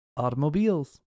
Automobiles